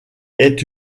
est